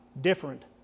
different